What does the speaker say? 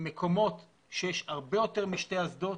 ממקומות שיש בהם הרבה יותר משלוש אסדות.